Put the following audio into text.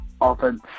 offense